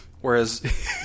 whereas